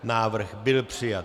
Návrh byl přijat.